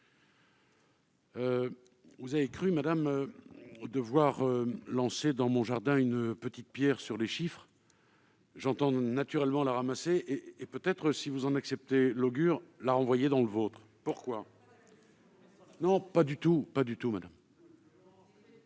Vous avez cru, madame, devoir lancer dans mon jardin une petite pierre au sujet des chiffres. J'entends naturellement la ramasser et peut-être, si vous en acceptez l'augure, la renvoyer dans le vôtre. Pas d'agression ! Les jets de